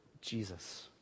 Jesus